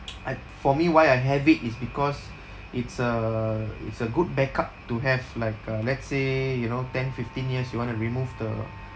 I for me why I have it is because it's a it's a good backup to have like uh let's say you know ten fifteen years you want to remove the